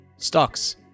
stocks